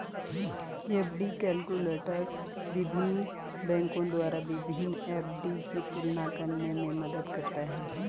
FD calculator विभिन्न बैंकों द्वारा विभिन्न एफ.डी की तुलना करने में मदद करता है